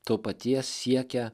to paties siekia